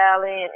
Valley